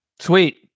Sweet